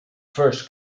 first